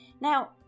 now